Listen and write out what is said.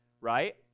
Right